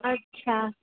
अच्छा